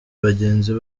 bagenzi